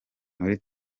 muri